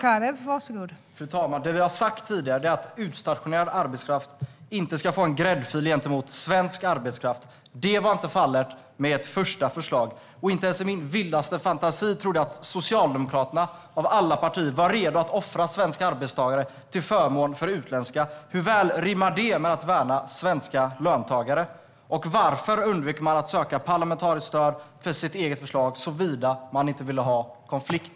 Fru talman! Det vi har sagt tidigare är att utstationerad arbetskraft inte ska få en gräddfil gentemot svensk arbetskraft. Detta var inte fallet i ert första förslag. Inte ens i min vildaste fantasi trodde jag att Socialdemokraterna av alla partier var redo att offra svenska arbetstagare till förmån för utländska. Hur väl rimmar det med att värna svenska löntagare? Varför undvek man att söka parlamentariskt stöd för sitt eget förslag såvida man inte vill ha konflikt?